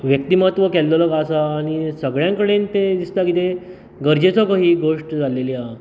व्यक्तिमत्व केल्लेलो हो आसा आनी सगळ्यां कडेन तें दिसता कितें गरजेची कही गोश्ट जाल्लेली आहा